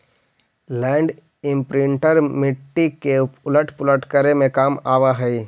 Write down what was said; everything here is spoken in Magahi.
लैण्ड इम्प्रिंटर मिट्टी के उलट पुलट करे में काम आवऽ हई